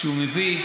שהוא מביא.